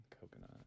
coconut